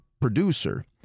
producer